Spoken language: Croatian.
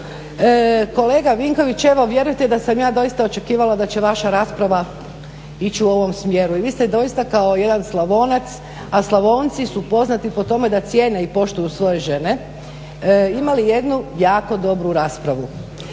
Kolega Vinković, evo vjerujte da sam ja doista očekivala da će vaša rasprava ići u ovom smjeru, i vi ste doista kao jedan Slavonac, a Slavonci su poznati po tome da cijene i poštuju svoje žene, imali jednu jako dobru raspravu,